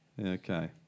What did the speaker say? Okay